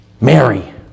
Mary